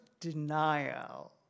Denial